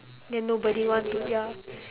then nobody want to ya